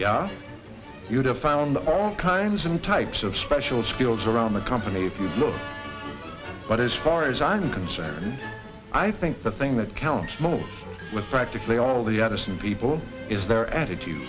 yeah you'd have found all kinds some types of special skills around the company if you'd look but as far as i'm concerned i think the thing that counts most with practically all the addison people is their attitude